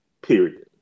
Period